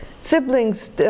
siblings